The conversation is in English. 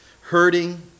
hurting